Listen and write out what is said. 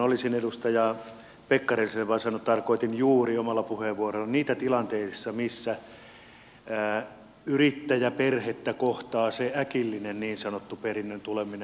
olisin edustaja pekkariselle vain sanonut että tarkoitin juuri omalla puheenvuorollani niitä tilanteita missä yrittäjäperhettä kohtaa se niin sanottu äkillinen perinnön tuleminen